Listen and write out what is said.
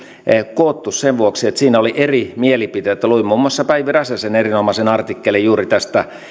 koottu sen vuoksi että siinä oli eri mielipiteitä luin muun muassa päivi räsäsen erinomaisen artikkelin juuri tästä